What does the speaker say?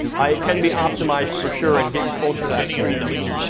it can be optimized for sure and get you closer to that three number.